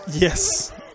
Yes